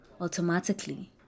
Automatically